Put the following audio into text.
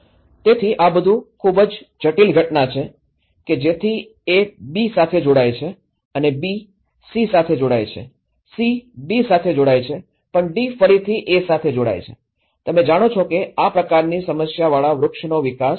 તેથી આ બધું ખૂબ જ જટિલ ઘટના છે કે જેથી એ બી સાથે જોડાય છે અને બી સી સાથે જોડાય છે સી ડી સાથે જોડાય છે પણ ડી ફરીથી એ સાથે જોડાય છે તમે જાણો છો કે આ પ્રકારની સમસ્યાવાળા વૃક્ષનો વિકાસ થઈ શકે છે